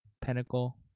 Pentacle